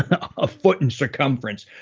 a foot in circumference.